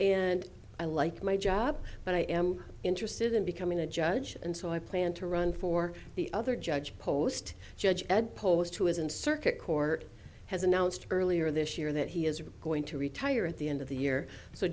and i like my job but i am interested in becoming a judge and so i plan to run for the other judge post judge ed post who is in circuit court has announced earlier this year that he is going to retire at the end of the year so